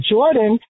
Jordan